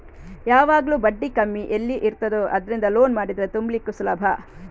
ಯಾವಾಗ್ಲೂ ಬಡ್ಡಿ ಕಮ್ಮಿ ಎಲ್ಲಿ ಇರ್ತದೋ ಅದ್ರಿಂದ ಲೋನ್ ಮಾಡಿದ್ರೆ ತುಂಬ್ಲಿಕ್ಕು ಸುಲಭ